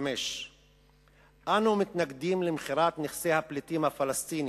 5. אנו מתנגדים למכירת נכסי הפליטים הפלסטינים.